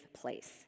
place